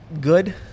good